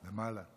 למעלה.